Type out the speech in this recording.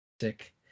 sick